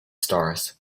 stars